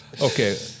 Okay